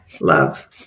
Love